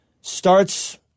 starts